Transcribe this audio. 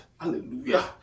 Hallelujah